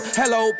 hello